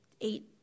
eight